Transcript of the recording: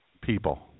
people